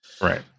right